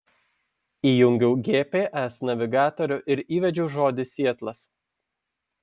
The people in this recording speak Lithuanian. įjungiau gps navigatorių ir įvedžiau žodį sietlas